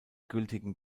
gültigen